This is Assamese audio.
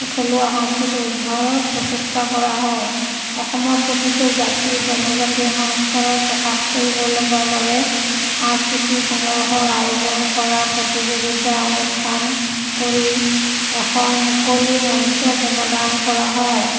থলুৱা সাংস্কৃতিক উদ্ধাৰত প্ৰচেষ্টা কৰা হয় অসমৰ প্ৰতিটো জাতি জনজাতি সংস্কাৰৰ প্ৰকাশ কৰিব বাবে সাংস্কৃতিক সমাৰোহৰ আয়োজন কৰা প্ৰতিযোগিতা অনুষ্ঠান কৰি এখন মুকলি মঞ্চ প প্ৰদান কৰা হয়